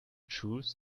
choose